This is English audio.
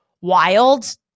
wild